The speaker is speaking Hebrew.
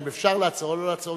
האם אפשר לעצור או לא לעצור,